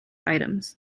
items